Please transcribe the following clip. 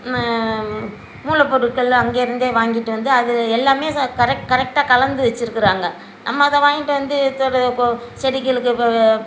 மூலப்பொருட்கள் அங்கேருந்தே வாங்கிட்டு வந்து அது எல்லாமே கரெக்ட் கரெக்டாக கலந்து வச்சிருக்கிறாங்க நம்ம அதை வாங்கிட்டு வந்து தோட்ட செடிகளுக்கு இப்போ